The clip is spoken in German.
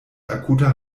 akuter